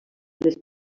les